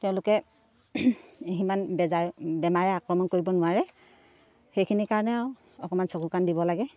তেওঁলোকে সিমান বেজাৰ বেমাৰে আক্ৰমণ কৰিব নোৱাৰে সেইখিনিৰ কাৰণে আৰু অকণমান চকু কাণ দিব লাগে